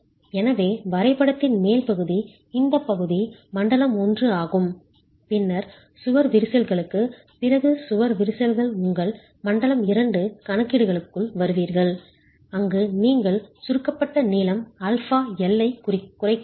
எனவே வரைபடத்தின் மேல் பகுதி இந்த பகுதி மண்டலம் 1 ஆகும் பின்னர் சுவர் விரிசல்களுக்குப் பிறகு சுவர் விரிசல்கள் உங்கள் மண்டலம் 2 கணக்கீடுகளுக்குள் வருவீர்கள் அங்கு நீங்கள் சுருக்கப்பட்ட நீளம் ஆல்பா L ஐக் குறைக்கிறீர்கள்